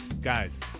guys